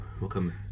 welcome